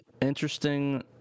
interesting